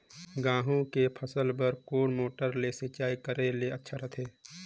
गहूं के फसल बार कोन मोटर ले सिंचाई करे ले अच्छा रथे?